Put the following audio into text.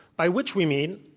by which we mean,